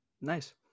Nice